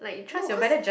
no cause